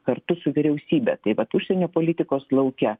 kartu su vyriausybe taip vat užsienio politikos lauke